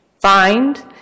find